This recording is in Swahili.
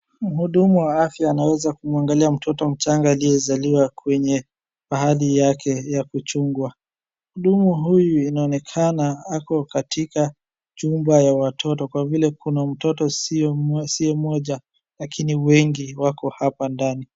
Mhudumu wa afya anaweza kumwangalia mtoto mchanga aliyezaliwa kwenye pahali yake ya kuchungwa. Mhudumu huyu inaonekana ako katika chumba ya watoto kwa vile kuna mtoto sio mmoja lakini wengi wako hapa ndani.